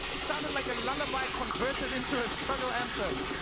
sounded like a lullaby converted into a struggle anthem